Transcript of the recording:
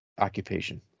occupation